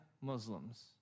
Muslims